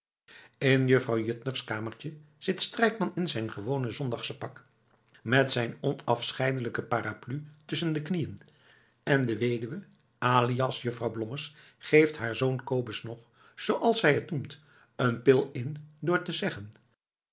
in juffrouw juttner's kamertje zit strijkman in zijn gewone zondagsche pak met zijn onafscheidelijke parapluie tusschen de knieën en de weduwe alias juffrouw blommers geeft haar zoon kobus nog zooals zij het noemt een pil in door te zeggen